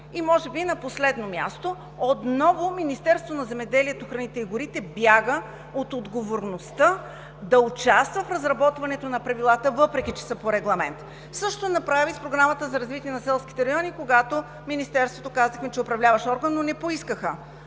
И може би на последно място – отново Министерството на земеделието, храните и горите бяга от отговорността да участва в разработването на правилата, въпреки че са по Регламент. Същото направи и с Програмата за развитие на селските райони, когато Министерството казахме, че е управляващ орган, но не поискаха